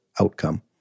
outcome